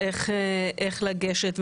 ואיך לגשת,